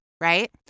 Right